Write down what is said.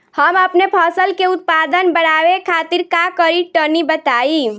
हम अपने फसल के उत्पादन बड़ावे खातिर का करी टनी बताई?